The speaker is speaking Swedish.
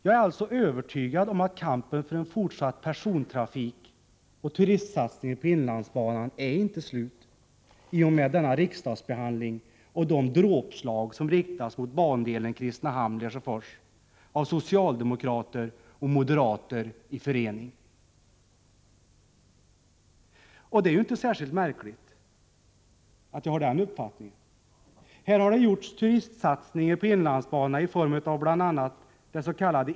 Jag är alltså övertygad om att kampen för fortsatt persontrafik och turistsatsningar på inlandsbanan inte är slut i och med denna riksdagsbehandling och de dråpslag som riktas mot bandelen Kristinehamn-Lesjöfors av socialdemokrater och moderater i förening. Och det är ju inte särskilt märkligt att jag har den uppfattningen. Här har det gjorts turistsatsningar på inlandsbanan i form av bl.a. dets.k.